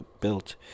built